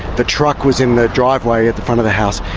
the truck was in the driveway at the front of the house.